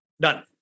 Done